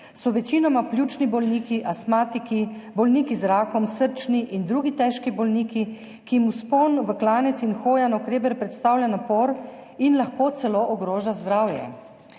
so večinoma pljučni bolniki, astmatiki, bolniki z rakom, srčni in drugi težki bolniki, ki jim vzpon na klanec in hoja navkreber predstavljata napor in lahko celo ogrožata zdravje.